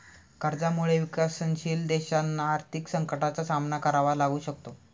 कर्जामुळे विकसनशील देशांना आर्थिक संकटाचा सामना करावा लागू शकतो